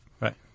Right